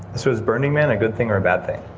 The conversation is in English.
so is burning man a good thing or a bad thing?